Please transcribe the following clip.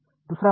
दुसरा मार्ग